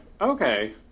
Okay